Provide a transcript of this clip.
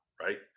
right